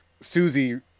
Susie